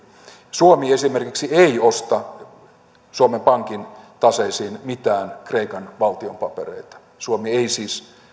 suomi esimerkiksi ei osta suomen pankin taseisiin mitään kreikan valtion papereita suomi ei siis